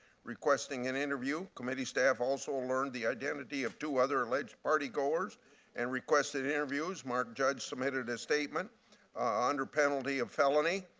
requesting an interview. committee staff also learned the identity of two other alleged party goers and requested interviews. mark judge submitted a statement under penalty of felony,